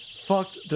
Fucked